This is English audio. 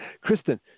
Kristen